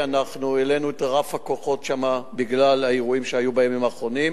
העלינו את רף הכוחות שם בגלל האירועים שהיו בימים האחרונים.